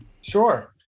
Sure